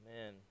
Amen